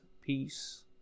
peace